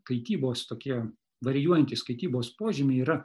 kaitybos tokie varijuojantys kaitybos požymiai yra